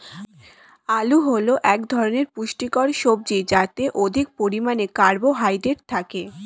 আলু হল এক ধরনের পুষ্টিকর সবজি যাতে অধিক পরিমাণে কার্বোহাইড্রেট থাকে